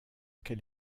quel